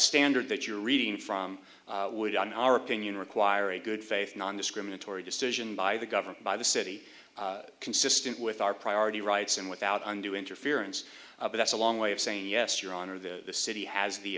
standard that you're reading from would on our opinion require a good faith nondiscriminatory decision by the government by the city consistent with our priority rights and without undue interference but that's a long way of saying yes your honor the city has the